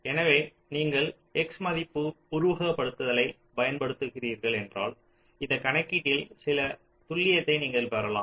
எனவே நீங்கள் X மதிப்பு உருவகப்படுத்துதலைப் பயன்படுத்துகிறீர்கள் என்றால் இந்த கணக்கீட்டில் சில துல்லியத்தை நீங்கள் பெறலாம்